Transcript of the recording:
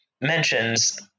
mentions